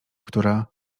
która